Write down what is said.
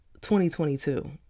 2022